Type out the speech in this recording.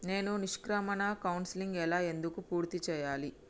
నేను నిష్క్రమణ కౌన్సెలింగ్ ఎలా ఎందుకు పూర్తి చేయాలి?